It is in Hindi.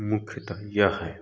मुख्यतः ये हैं